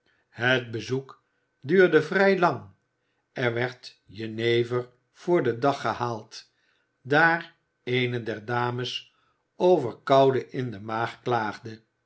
het bezoek duurde vrij lang er werd jenever voor den dag gehaald daar eene der dames over koude in de maag klaagde